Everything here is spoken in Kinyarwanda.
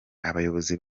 abayobozi